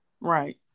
Right